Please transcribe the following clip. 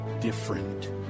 different